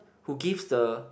who gives the